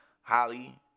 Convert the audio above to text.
Holly